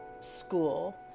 school